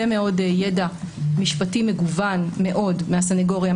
מאוד ידע משפטי מגוון מאוד מהסניגוריה,